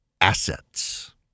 assets